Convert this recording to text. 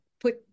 put